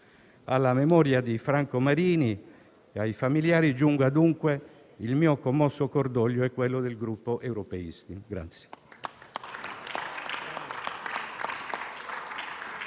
Alla memoria di Franco Marini e ai familiari giunga, dunque, il commosso cordoglio mio e del Gruppo Europeisti-MAIE-CD.